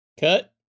Cut